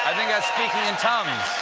speaking in tongues.